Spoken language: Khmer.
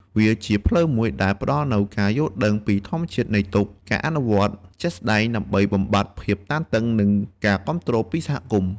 វាជាផ្លូវមួយដែលផ្តល់នូវការយល់ដឹងពីធម្មជាតិនៃទុក្ខ ការអនុវត្តជាក់ស្តែងដើម្បីបំបាត់ភាពតានតឹង និងការគាំទ្រពីសហគមន៍។